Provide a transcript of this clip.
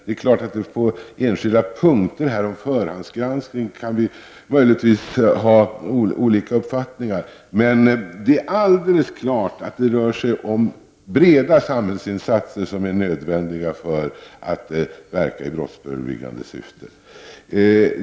När det gäller enskilda punkter om förhandsgranskning kan vi möjligtvis ha olika uppfattningar. Det är dock helt klart att breda samhällsinsatser är nödvändiga för att man skall kunna verka i brottsförebyggande syfte.